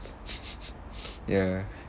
ya